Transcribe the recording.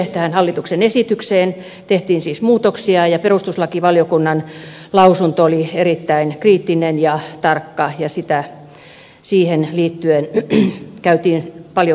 tähän hallituksen esitykseen tehtiin siis muutoksia ja perustuslakivaliokunnan lausunto oli erittäin kriittinen ja tarkka ja siihen liittyen käytiin paljon keskustelua